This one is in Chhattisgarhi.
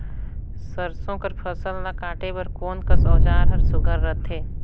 सरसो कर फसल ला काटे बर कोन कस औजार हर सुघ्घर रथे?